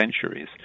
centuries